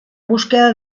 búsqueda